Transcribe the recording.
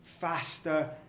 faster